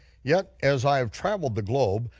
yet as i have traveled the globe,